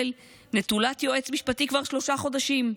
נטולת יועץ משפטי כבר שלושה חודשים.